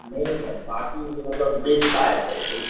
नहीं sir party में मतलब बेचता है सर कोई